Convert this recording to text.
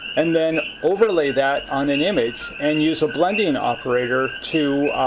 and then overlay that on an image and use a blending operator to